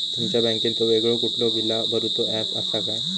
तुमच्या बँकेचो वेगळो कुठलो बिला भरूचो ऍप असा काय?